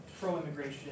pro-immigration